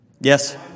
Yes